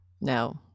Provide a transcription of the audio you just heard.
No